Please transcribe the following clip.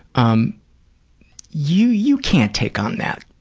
um you you can't take on that.